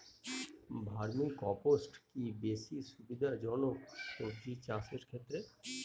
Vermi compost কি বেশী সুবিধা জনক সবজি চাষের ক্ষেত্রে?